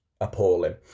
appalling